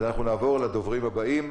אנחנו נעבור לדוברים הבאים.